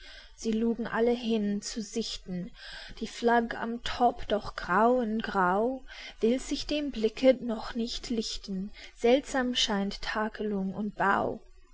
sie lugen alle hin zu sichten die flagg am topp doch grau in grau will's sich dem blicke noch nicht lichten seltsam scheint takelung und bau